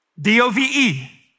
D-O-V-E